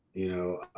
you know,